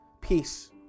peace